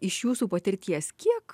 iš jūsų patirties kiek